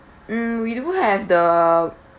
mm we do have the